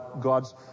God's